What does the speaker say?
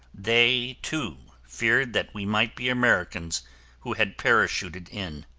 they, too, feared that we might be americans who had parachuted in.